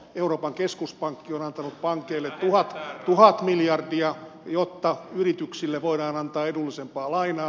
euroopan keskuspankki on antanut pankeille tuhat miljardia jotta yrityksille voidaan antaa edullisempaa lainaa